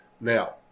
Now